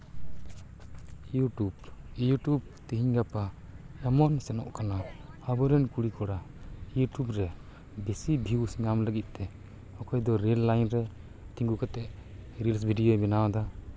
YouTube YouTube ᱛᱮᱦᱮᱧ ᱜᱟᱯᱟ ᱮᱢᱚᱱ ᱥᱮᱱᱚᱜ ᱠᱟᱱᱟ ᱟᱵᱚᱨᱮᱱ ᱠᱩᱲᱤ ᱠᱚᱲᱟ ᱤᱭᱩᱴᱤᱭᱩᱵᱽ ᱨᱮ ᱵᱮᱥᱤ ᱵᱷᱤᱭᱩᱥ ᱧᱟᱢ ᱞᱟᱹᱜᱤᱫ ᱛᱮ ᱚᱠᱚᱭ ᱫᱚ ᱨᱮᱹᱞ ᱞᱟᱭᱤᱱ ᱨᱮ ᱛᱤᱸᱜᱩ ᱠᱟᱛᱮᱫ ᱨᱤᱞᱥ ᱵᱷᱤᱰᱤᱭᱳᱭ ᱵᱮᱱᱟᱣ ᱫᱟ